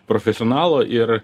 profesionalų ir